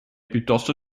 piuttosto